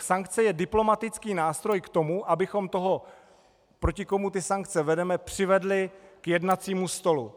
Sankce je diplomatický nástroj k tomu, abychom toho, proti komu ty sankce vedeme, přivedli k jednacímu stolu.